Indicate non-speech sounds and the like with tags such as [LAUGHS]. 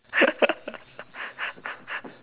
[LAUGHS]